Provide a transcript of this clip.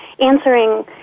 answering